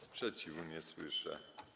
Sprzeciwu nie słyszę.